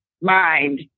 mind